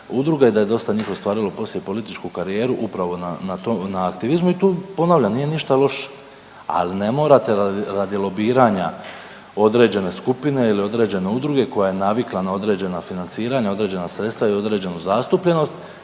udruga i da je dosta njih ostvarilo poslije i političku karijeru upravo na tom, na aktivizmu i tu, ponavljam, nije ništa loše. Ali ne morate radi lobiranja određene skupine ili određene udruge koja je navikla na određena financiranja, određena sredstva i određenu zastupljenost,